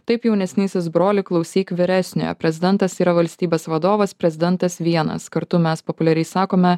taip jaunesnysis broli klausyk vyresniojo prezidentas yra valstybės vadovas prezidentas vienas kartu mes populiariai sakome